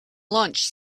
lunch